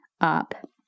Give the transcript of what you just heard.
up